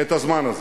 את הזמן הזה,